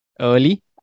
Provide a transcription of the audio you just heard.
early